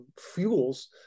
fuels